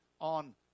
on